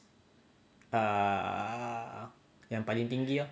err yang paling tinggi lah